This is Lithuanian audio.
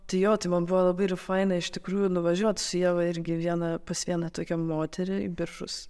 tai jo tai man buvo labai ir faina iš tikrųjų nuvažiuot ieva irgi vieną pas vieną tokią moterį į biržus